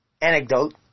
anecdote